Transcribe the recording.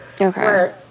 okay